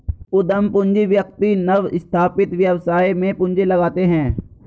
उद्यम पूंजी व्यक्ति नवस्थापित व्यवसाय में पूंजी लगाते हैं